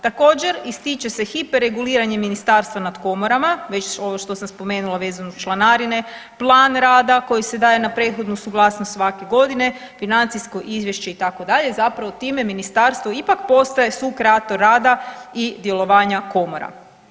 Također, ističe se hiperreguliranje Ministarstva nad komora, već ovo što sam spomenula vezano uz članarine, plan rada koji se daje na prethodnu suglasnost svake godine, financijsko izvješće, itd., zapravo time Ministarstvo ipak postaje sukreator rada i djelovanja komora.